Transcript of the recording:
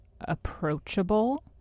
approachable